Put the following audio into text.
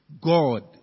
God